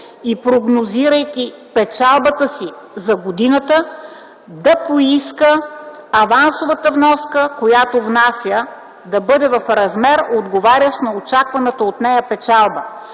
и прогнозирайки печалбата си за годината, да поиска авансовата вноска, която внася, да бъде в размер, отговарящ на очакваната от нея печалба.